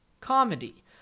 comedy